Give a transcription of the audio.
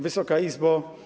Wysoka Izbo!